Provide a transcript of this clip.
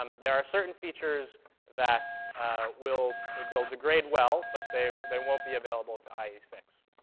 um there are certain features that will they'll degrade well, but they they won't be available to ie six.